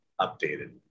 updated